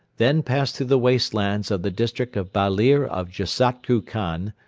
then pass through the waste lands of the district of balir of jassaktu khan,